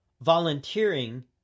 volunteering